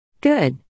Good